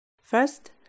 First